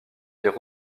dire